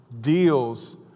deals